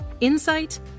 Insight